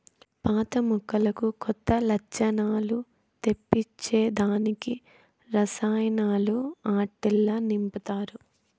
పాత మొక్కలకు కొత్త లచ్చణాలు తెప్పించే దానికి రసాయనాలు ఆట్టిల్ల నింపతారు